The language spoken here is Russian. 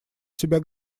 себя